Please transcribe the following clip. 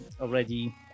already